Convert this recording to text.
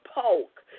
poke